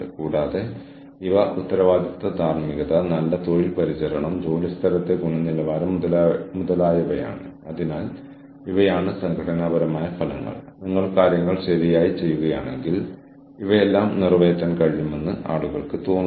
കൂടാതെ ചലച്ചിത്ര നിർമ്മാണം പോലെ സങ്കീർണ്ണമായ ഒന്നിൽ എച്ച്ആർ പ്രാക്ടീസുകൾ എങ്ങനെ കൈകാര്യം ചെയ്യപ്പെടുന്നു എന്നതിനെക്കുറിച്ച് നമുക്ക് ഒരുമിച്ച് ഒരു കേസ് സ്റ്റഡി എഴുതാം